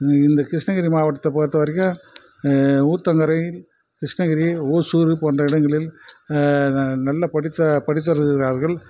இந்த கிருஷ்ணகிரி மாவட்டத்தை பொறுத்தவரைக்கும் ஊத்தங்கரை கிருஷ்ணகிரி ஓசூர் போன்ற இடங்களில் நல்ல படித்த படித்தவர் இருக்கிறார்கள்